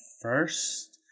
first